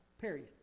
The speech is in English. Period